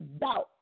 doubt